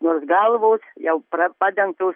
nors galvos jau pra padengtos